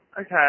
Okay